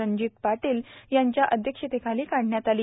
रणजित पाटील यांच्या अध्यक्षतेखाली काढण्यात आली